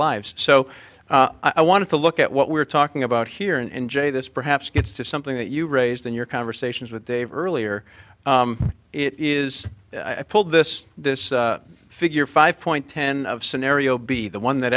lives so i wanted to look at what we're talking about here and jay this perhaps gets to something that you raised in your conversations with dave earlier it is i pulled this this figure five point ten of scenario b the one that